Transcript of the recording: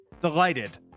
delighted